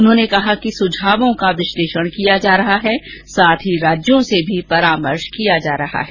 उन्होंने कहा कि सुझावों का विश्लेषण किया जा रहा है और राज्यों से भी परामर्श किया जा रहा है